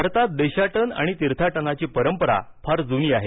भारतात देशाटन आणि तीर्थाटनाची परंपरा फार जुनी आहे